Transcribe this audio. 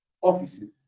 offices